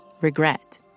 Regret